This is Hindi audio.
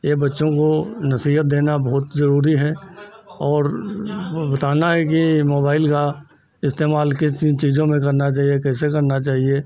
यह बच्चों को नसीहत देना बहुत ज़रुरत है और वह बताना है कि मोबाइल का इस्तेमाल किस किन चीज़ों में करना चाहिए कैसे करना चाहिए